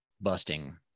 busting